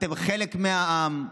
אתם חלק מהעם.